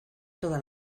toda